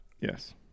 Yes